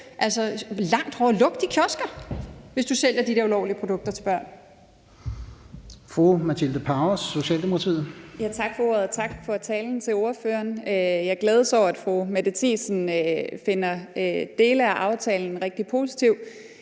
altså langt hårdere. Luk de kiosker, hvis de sælger de der ulovlige produkter til børn!